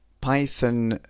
Python